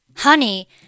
Honey